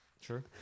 Sure